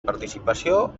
participació